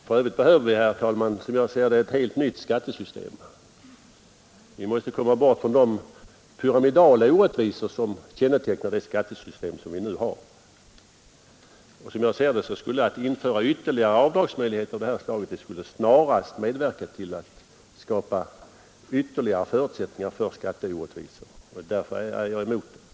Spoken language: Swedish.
För övrigt behöver vi, herr talman, ett helt nytt skattesystem. Vi måste komma bort från de pyramidala orättvisor som kännetecknar det skattesystem vi nu har. Att införa ytterligare avdragsmöjligheter av den föreslagna arten skulle snarast medverka till att skapa nya förutsättningar för skatteorättvisor. Därför är jag emot förslaget.